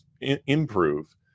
improve